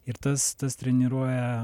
ir tas tas treniruoja